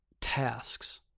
tasks